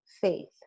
faith